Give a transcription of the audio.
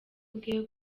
bwe